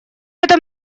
этом